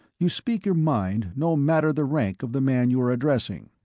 you speak your mind no matter the rank of the man you are addressing.